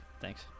Thanks